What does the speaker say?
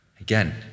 again